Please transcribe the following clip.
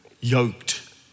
yoked